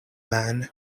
man